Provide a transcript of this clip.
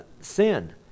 sin